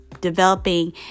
developing